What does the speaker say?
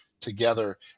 together